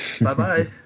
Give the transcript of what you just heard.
Bye-bye